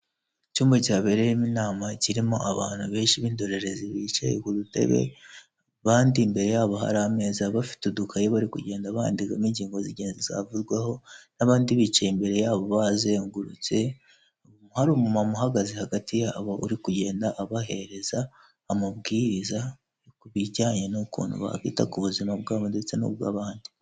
Icyumba cyabereyemo inama kirimo abantu benshi b'indorerezi bicaye ku dutebe, abandi imbere yabo hari ameza, bafite udukayi bari kugenda bandikamo ingingo z'ingezi zavuzweho n'abandi bicaye imbere yabo bazengurutse hari umu mama uhagaze hagati yabo uri kugenda abahereza amabwiriza y'ibijyanye n'ukuntu bakwita ku buzima bwabo ndetse n'ubw'abandi.